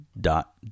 Dot